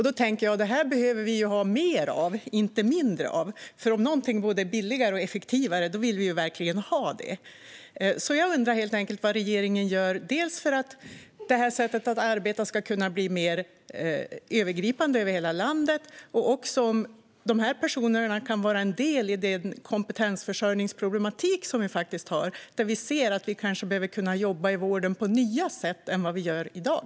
Då tänker jag att vi behöver mer av det här, inte mindre. Om någonting är både billigare och effektivare vill vi verkligen ha det. Jag undrar dels vad regeringen gör för att det här sättet att arbeta ska kunna bli mer övergripande över hela landet, dels om de här personerna kan vara en del i lösningen på den kompetensförsörjningsproblematik som vi har. Vi kanske behöver kunna jobba i vården på nya sätt och andra sätt än i dag.